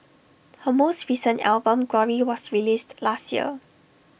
her most recent album glory was released last year